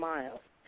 Miles